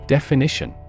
Definition